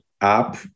app